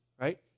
right